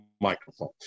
microphone